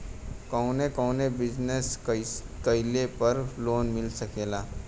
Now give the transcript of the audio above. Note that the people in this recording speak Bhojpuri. कवने कवने बिजनेस कइले पर लोन मिल सकेला?